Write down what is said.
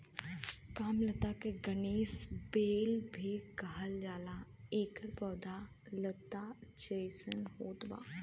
कामलता के गणेश बेल भी कहल जाला एकर पौधा लता जइसन होत बा